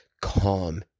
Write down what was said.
calm